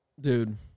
Dude